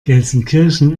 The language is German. gelsenkirchen